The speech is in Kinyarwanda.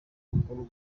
makuru